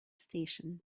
station